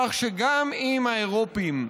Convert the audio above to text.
כך שגם אם האירופים,